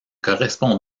correspond